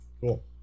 Cool